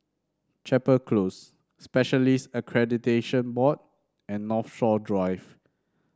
Chapel Close Specialists Accreditation Board and Northshore Drive